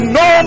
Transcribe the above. no